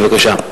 בבקשה.